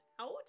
out